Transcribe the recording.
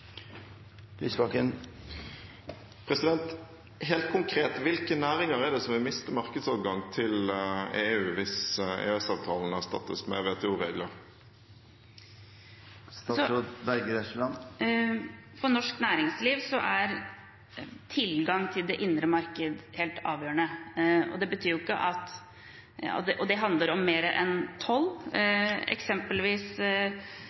det som vil miste markedsadgang til EU hvis EØS-avtalen erstattes med WTO-regler? For norsk næringsliv er tilgang til det indre marked helt avgjørende, og det handler om mer enn toll. Eksempelvis HÅG på Røros, en av de mest lønnsomme kontorstolprodusentene i Europa, har uttalt at bedriften er avhengig av god tilgang til det